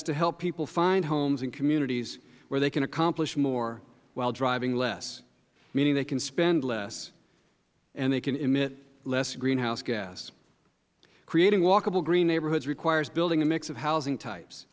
is to help people find homes and communities where they can accomplish more while driving less meaning they can spend less and they can emit less greenhouse gas creating walkable green neighborhoods requires building a mix of housing types